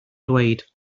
dweud